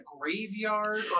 graveyard